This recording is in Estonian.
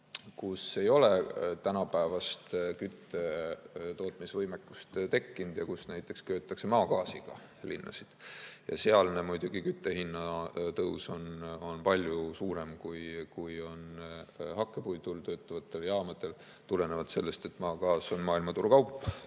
kus ei ole tänapäevast küttetootmisvõimekust tekkinud ja kus näiteks köetakse maagaasiga. Sealne küttehinna tõus on muidugi palju suurem, kui on hakkepuidul töötavatel jaamadel, tulenevalt sellest, et maagaas on maailmaturukaup